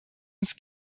uns